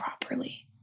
properly